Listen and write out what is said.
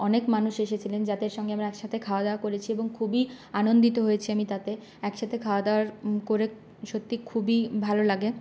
অনেক মানুষ এসেছিলেন যাদের সঙ্গে আমরা একসাথে খাওয়া দাওয়া করেছি এবং খুবই আনন্দিত হয়েছি আমি তাতে একসাথে খাওয়া দাওয়া করে সত্যি খুবই ভালো লাগে